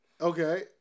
Okay